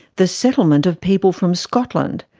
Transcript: the settlement of people from scotland,